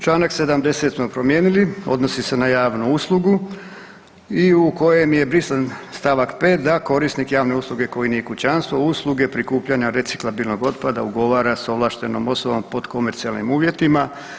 Čl. 70. smo promijenili odnosi se na javnu uslugu i u kojem je brisan st. 5. da korisnik javne usluge koji nije u kućanstvu usluge prikupljanja reciklabilnog otpada ugovora s ovlaštenom osobom pod komercijalnim uvjetima.